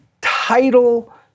title